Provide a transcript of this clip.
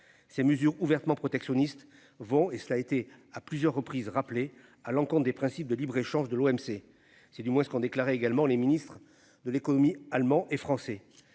Ces mesures ouvertement protectionnistes vont et ça a été à plusieurs reprises, rappelé à l'encontre des principes de libre-échange de l'OMC. C'est du moins ce qu'ont déclaré également les ministres de l'économie allemand et français.